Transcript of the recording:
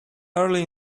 early